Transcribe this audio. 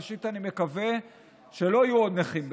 ראשית, אני מקווה שלא יהיו עוד נכים בצה"ל.